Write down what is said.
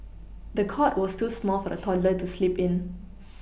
the cot was too small for the toddler to sleep in